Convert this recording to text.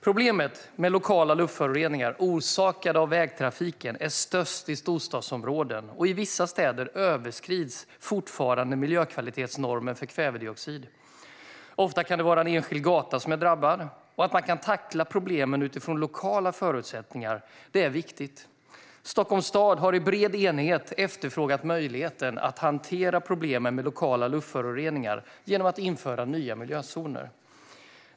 Problemet med lokala luftföroreningar orsakade av vägtrafiken är störst i storstadsområden, och i vissa städer överskrids fortfarande miljökvalitetsnormen för kvävedioxid. Ofta kan det vara en enskild gata som är drabbad. Att man kan tackla problemen utifrån lokala förutsättningar är viktigt. Stockholms stad har i bred enighet efterfrågat möjligheten att hantera problemet med lokala luftföroreningar genom att införa nya miljözoner.